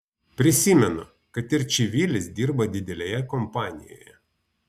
prisimenu kad ir čivilis dirba didelėje kompanijoje